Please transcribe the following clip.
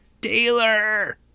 Taylor